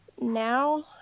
Now